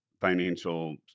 financial